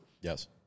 Yes